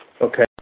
Okay